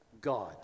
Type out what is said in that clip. God